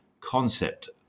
concept